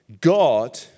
God